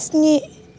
स्नि